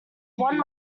won